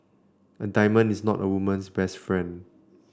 a diamond is not a woman's best friend